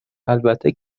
البته